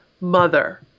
mother